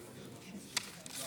ברכות ותודה רבה